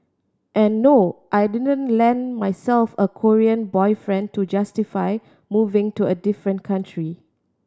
and no I didn't land myself a Korean boyfriend to justify moving to a different country